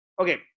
Okay